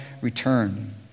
return